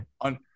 on